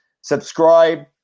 subscribe